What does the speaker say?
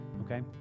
Okay